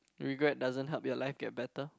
regret doesn't help your life get better